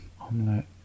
Omelette